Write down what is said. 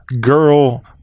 girl